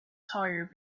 tire